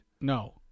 No